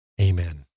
Amen